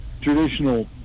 traditional